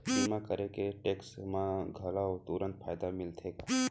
बीमा करे से टेक्स मा घलव तुरंत फायदा मिलथे का?